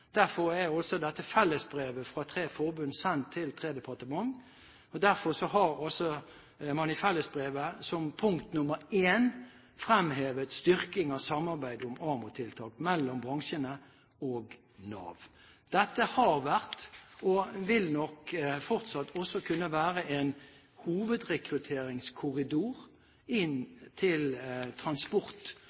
Derfor er også dette fellesbrevet fra tre forbund sendt til tre departementer. Derfor har man også i fellesbrevet som punkt 1 fremhevet styrking av samarbeid om AMO-tiltak mellom bransjene og Nav. Dette har vært – og vil nok fortsatt også kunne være – en hovedrekrutteringskorridor inn til